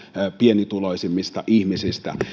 pienituloisimmista ihmisistä